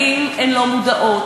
האם הן לא מודעות?